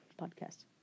podcast